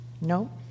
No